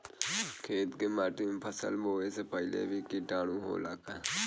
खेत के माटी मे फसल बोवे से पहिले भी किटाणु होला का?